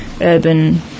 urban